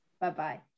Bye-bye